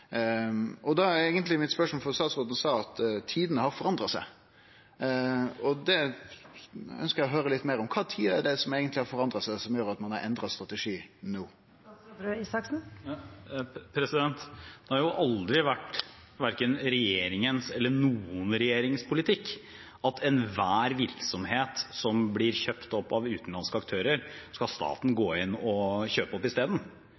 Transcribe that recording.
Da er eigentleg spørsmålet mitt, for statsråden sa at tidene har forandra seg, og det ønskjer eg å høyre litt meir om. Kva er det eigentleg som har forandra seg, og som gjer at ein har endra strategi no? Det har aldri vært regjeringens – eller noen regjerings – politikk at enhver virksomhet som blir kjøpt opp av utenlandske aktører, skal staten gå inn og kjøpe opp